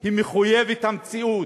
היא מחויבת המציאות,